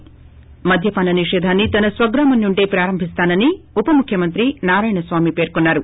ి మద్యపాన నిషేధాన్ని తన స్వగ్రామం నుండే ప్రారంభిస్తానని ఉప ముఖ్యమంత్రి నారాయణస్వామి పేర్కొన్నారు